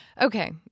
Okay